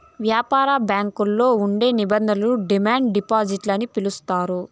యాపార బ్యాంకుల్లో ఉండే నిధులను డిమాండ్ డిపాజిట్ అని పిలుత్తారు